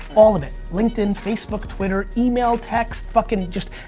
all of it. linkedin, facebook, twitter, email, text, fuckin' just,